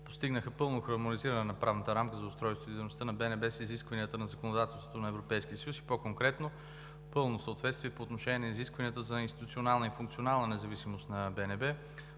постигнаха пълно хармонизиране на правната рамка за устройството и дейността на БНБ с изискванията на законодателството на Европейския съюз и по-конкретно: пълно съответствие по отношение на изискванията за институционална и функционална независимост на БНБ,